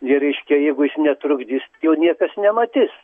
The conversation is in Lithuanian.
jie reiškia jeigu jis netrukdys jo niekas nematys